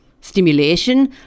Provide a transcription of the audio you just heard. stimulation